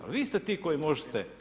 Pa vi ste ti koji možete.